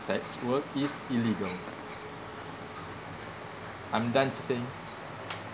sex work is illegal I'm done seng